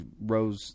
Rose